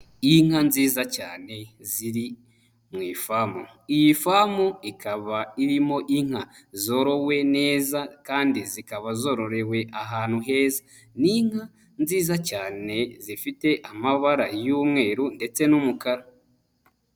Inka nziza cyane ziri mu ifamu, iyi famu ikaba irimo inka zorowe neza kandi zikaba zororewe ahantu heza, n'inka nziza cyane zifite amabara y'umweru ndetse n'umukara.